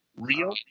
real